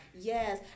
Yes